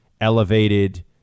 elevated